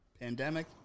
pandemic